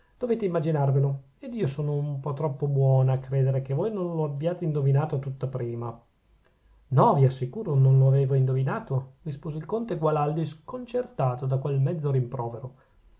dovete immaginarvelo ed io sono un po troppo buona a credere che voi non lo abbiate indovinato a tutta prima no vi assicuro non lo avevo indovinato rispose il conte gualandi sconcertato da quel mezzo rimprovero